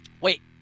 Wait